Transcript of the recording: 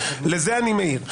לזה אני מעיר.